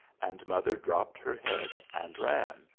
and mother dropped her head and ran,